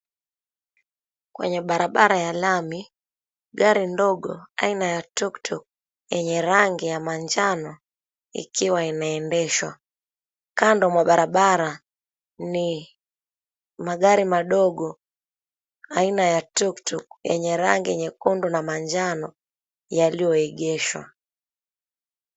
Kwenye barabara ya lami gari ndogo aina ya tuktuk yenye rangi ya manjano ikiwa inaendeshwa. Kando mwa barabara ni magari madogo aina ya tuktuk yenye rangi nyekundu na manjano yaliyoegeshwa.